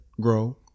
grow